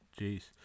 Jeez